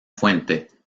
fuente